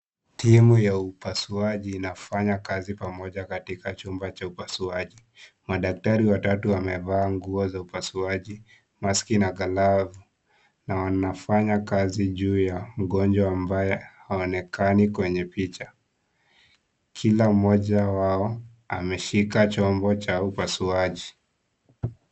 Timu ya upasuaji inafanya kazi pamoja katika chumba cha upasuaji madaktari watatu wemevaa nguo za upasuaji maski na glavu na wanafanya kazi juu mgonjwa ambaye haonekani kwenye picha, kila moja wao ameshika chombo cha upasuaji.